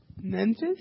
Memphis